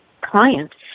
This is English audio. client